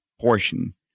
portion